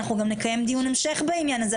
אנחנו גם נקיים דיון המשך בעניין הזה.